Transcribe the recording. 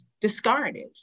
discarded